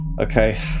okay